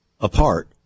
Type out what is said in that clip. apart